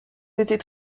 étaient